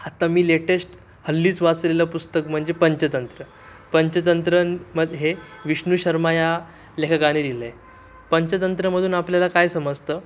आता मी लेटेस्ट हल्लीच वाचलेलं पुस्तक म्हणजे पंचतंत्र पंचतंत्र हे विष्णू शर्मा या लेखकाने लिहिलं आहे पंचतंत्रमधून आपल्याला काय समजतं